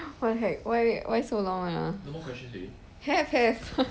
what the heck why why so long [one] ah have have